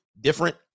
Different